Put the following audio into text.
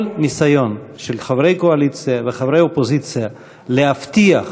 כל ניסיון של חברי קואליציה וחברי אופוזיציה להבטיח